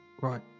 Right